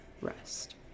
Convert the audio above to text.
rest